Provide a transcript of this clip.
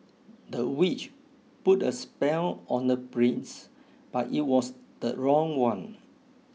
the witch put a spell on the prince but it was the wrong one